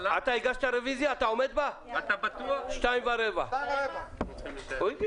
הדבר הזה